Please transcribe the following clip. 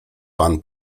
pan